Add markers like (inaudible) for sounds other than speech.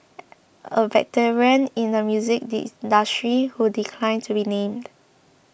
(noise) a veteran in the music (unintelligible) who declined to be named